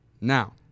Now